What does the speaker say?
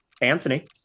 Anthony